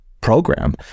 program